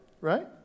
Right